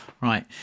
Right